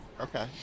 Okay